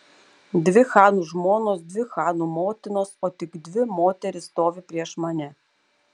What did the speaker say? dvi chanų žmonos dvi chanų motinos o tik dvi moterys stovi prieš mane